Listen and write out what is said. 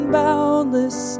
boundless